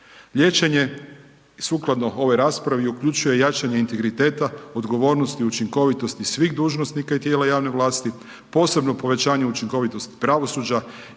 Liječenje sukladno ovoj raspravi, uključuje i jačanje integriteta, odgovornosti, učinkovitosti svih dužnosnika tijela javne vlasti, posebno povećanje učinkovitosti pravosuđa,